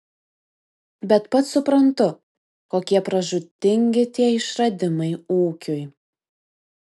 bet pats suprantu kokie pražūtingi tie išradimai ūkiui